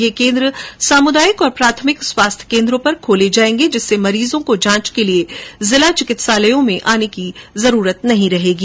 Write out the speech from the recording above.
ये केन्द्र सामुदायिक और प्राथमिक स्वास्थ्य केन्द्रों पर खोले जायेंगे जिससे मरीजों को जांच के लिये जिला चिकित्सालयों में जाने की जरूरत नहीं रहेगी